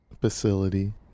facility